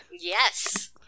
Yes